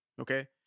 Okay